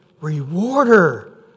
Rewarder